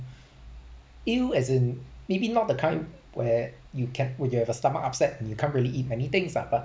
ill as in maybe not the kind where you ca~ when you have a stomach upset and you can't really eat anythings lah but